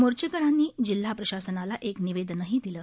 मोर्चेकऱ्यांनी जिल्हा प्रशासनाला एक निवेदनही दिलं